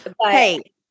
Hey